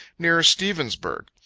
near stevensburg.